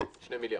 אני ממשרד